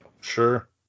Sure